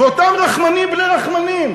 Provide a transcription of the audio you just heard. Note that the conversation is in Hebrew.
ואותם רחמנים בני רחמנים,